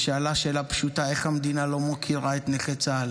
היא שאלה שאלה פשוטה: איך המדינה לא מוקירה את נכי צה"ל?